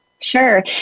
Sure